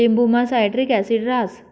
लिंबुमा citric acid रहास